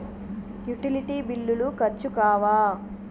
Utility బిల్లులు ఖర్చు కావా?